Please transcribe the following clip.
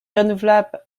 renouvelable